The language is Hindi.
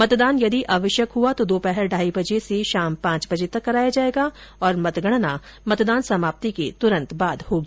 मतदान यदि आवश्यक हुआ तो दोपहर ढाई बजे से शाम पांच बजे तक कराया जाएगा और मतगणना मतदान समाप्ति के तुरन्त बाद होगी